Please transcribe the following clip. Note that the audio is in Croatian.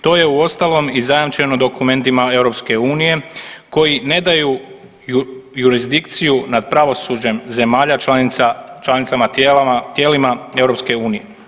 To je uostalom i zajamčeno dokumentima EU koji ne daju jurisdikciju nad pravosuđem zemalja članica, članicama tijelima EU.